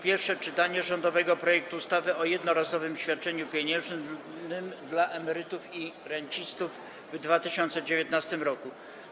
Pierwsze czytanie rządowego projektu ustawy o jednorazowym świadczeniu pieniężnym dla emerytów i rencistów w 2019 r.